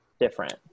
different